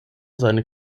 seine